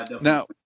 Now